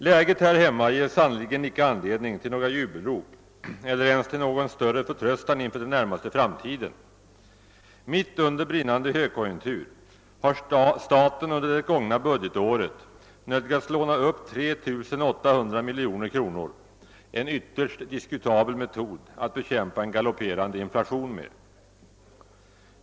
Läget här hemma ger sannerligen inte anledning till några jubelrop eller ens till någon större förtröstan inför den närmaste framtiden. Mitt under brinnande högkonjunktur har staten under det gångna budgetåret nödgats låna upp 3 800 miljoner kronor, en ytterst diskutabel metod att bekämpa en galopperande inflation med.